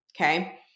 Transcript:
Okay